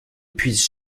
puisse